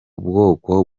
bwoko